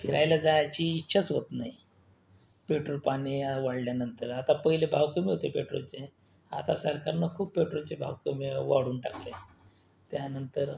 फिरायला जायची इच्छाच होत नाही पेट्रोल पाणी या वाढल्यानंतर आता पहिले भाव कमी होते पेट्रोलचे आता सरकारनं खूप पेट्रोलचे भाव कमी वाढून टाकले त्यानंतर